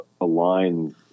align